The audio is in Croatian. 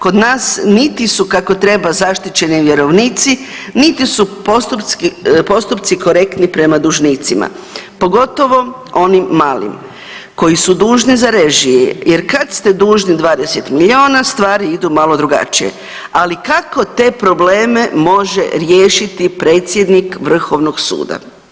Kod nas niti su kako treba zaštićeni vjerovnici, niti su postupci korektni prema dužnicima, pogotovo onim malim koji su dužni za režije jer kad ste dužni 20 milijuna stvari idu malo drugačije, ali kako te probleme može riješiti predsjednik vrhovnog suda?